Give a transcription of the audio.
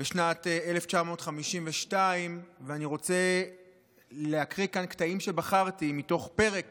בשנת 1952. אני רוצה להקריא כאן קטעים שבחרתי מתוך פרק